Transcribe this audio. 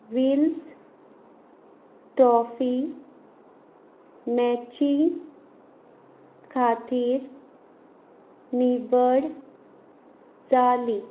Wills Trophy मॅची खातीर निवड जाली